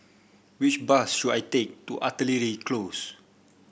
which bus should I take to Artillery Close